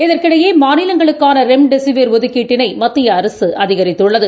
இதற்கிடையே மாநிலங்களுக்கானரெம்டெசிவர் ஒதுக்கீட்டினைமத்தியஅரசுஅதிகரித்துள்ளது